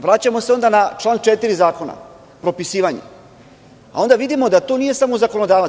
Vraćamo se onda na član 4. zakona, propisivanje, a onda vidimo da tu nije samo zakonodavac.